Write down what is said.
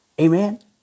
Amen